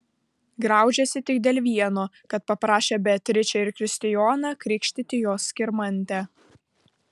graužėsi tik dėl vieno kad paprašė beatričę ir kristijoną krikštyti jos skirmantę